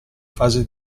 fase